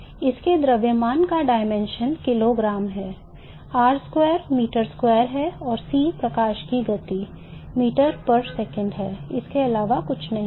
और इसलिए इसके द्रव्यमान का dimension किलोग्राम है r square meter square है और c प्रकाश की गति मीटर प्रति सेकंड के अलावा और कुछ नहीं है